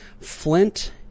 Flint